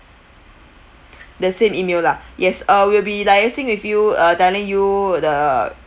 the same email lah yes uh we will be liaising with you uh telling you the